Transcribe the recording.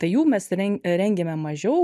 tai jų mes ren rengiame mažiau